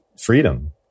freedom